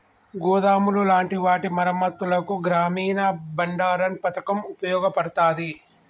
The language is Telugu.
గోదాములు లాంటి వాటి మరమ్మత్తులకు గ్రామీన బండారన్ పతకం ఉపయోగపడతాది